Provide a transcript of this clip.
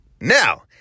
Now